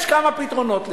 יש כמה פתרונות לזה: